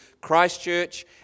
Christchurch